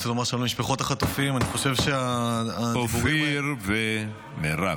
רוצה לומר למשפחות החטופים --- אופיר ומירב,